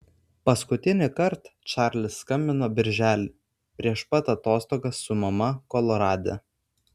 paskutinįkart čarlis skambino birželį prieš pat atostogas su mama kolorade